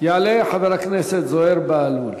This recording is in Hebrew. יעלה חבר הכנסת זוהיר בהלול.